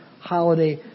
holiday